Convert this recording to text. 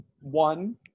one